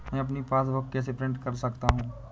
मैं अपनी पासबुक कैसे प्रिंट कर सकता हूँ?